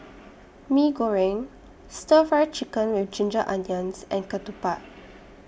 Mee Goreng Stir Fry Chicken with Ginger Onions and Ketupat